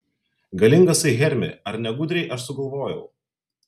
galingasai hermi ar ne gudriai aš sugalvojau